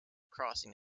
crossing